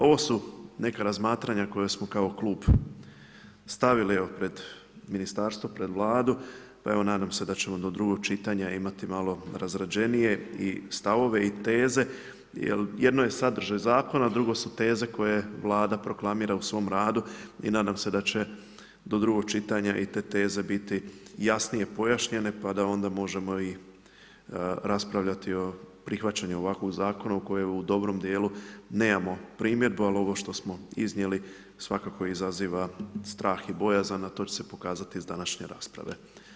Ovo su neka razmatranja koja smo kao klub stavili pred ministarstvo, pred Vladu, pa evo nadam se da ćemo do drugog čitanja imati malo razrađenije i stavove i teze jer jedno je sadržaj zakona, drugo su teze koje Vlada proklamira u svom radu i nadam se da će do drugog čitanja i te teze biti jasnije pojašnjene pa da onda možemo i raspravljati o prihvaćanju ovakvog zakona u kojem u dobro djelu nemamo primjedbu ali ovo što smo iznijeli svakako izaziva strah i bojazan a to će se pokazati iz današnje rasprave.